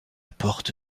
porte